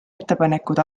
ettepanekud